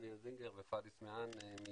דניאל זינגר ופאדי סמעאן.